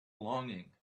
longing